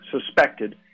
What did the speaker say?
suspected